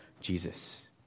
jesus